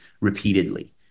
repeatedly